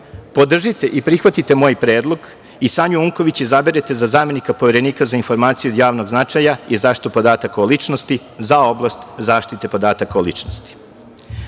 podržite i prihvatite moj predlog i Sanju Unković izaberete za zamenika Poverenika za informaciju od javnog značaja i zaštitu podataka o ličnosti za oblast zaštite podataka o ličnosti. Posle